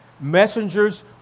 messengers